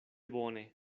bone